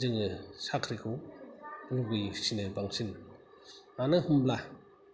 जोङो साख्रिखौ लुबैसिनो बांसिन मानो होमब्ला